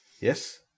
Yes